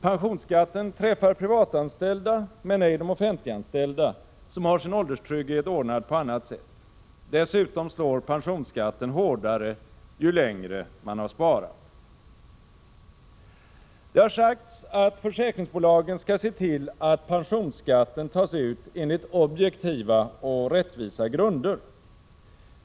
Pensionsskatten träffar privatanställda men ej offentliganställda, som har sin ålderdomstrygghet ordnad på annat sätt. Dessutom slår pensionsskatten hårdare ju längre man har sparat. Det har sagts att försäkringsbolagen skall se till att pensionsskatten tas ut enligt objektiva och rättvisa grunder.